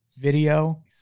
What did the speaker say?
video